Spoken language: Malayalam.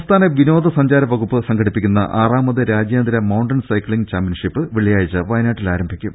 സംസ്ഥാന വിനോദ സഞ്ചാര വകുപ്പ് സംഘടിപ്പിക്കുന്ന ആറാമത് രാജ്യാന്തര മൌണ്ടൻ സൈക്കിളിങ് ചാംപ്യൻഷിപ്പ് വെള്ളിയാഴ്ച വയനാട്ടിൽ ആരംഭി ക്കും